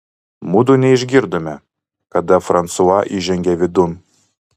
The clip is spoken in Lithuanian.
mudu neišgirdome kada fransua įžengė vidun